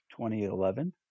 2011